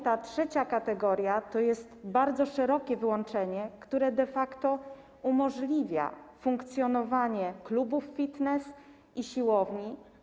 Ta trzecia kategoria to bardzo szerokie wyłączenie, które de facto umożliwia funkcjonowanie klubów fitness i siłowni.